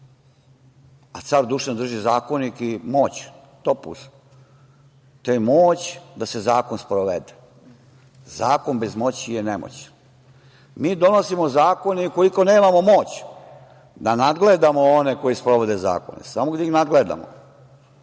a car Dušan drži Zakonik i moć, topuz, to je moć da se zakon sprovede. Zakon bez moći je nemoć. Mi donosimo zakone i ukoliko nemamo moć, da nadgledamo one koji sprovode zakone, samo da ih nadgledamo.